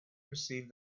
perceived